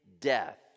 death